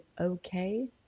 okay